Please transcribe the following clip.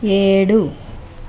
ఏడు